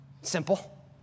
Simple